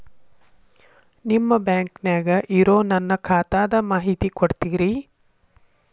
ನಿಮ್ಮ ಬ್ಯಾಂಕನ್ಯಾಗ ಇರೊ ನನ್ನ ಖಾತಾದ ಮಾಹಿತಿ ಕೊಡ್ತೇರಿ?